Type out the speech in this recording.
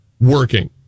working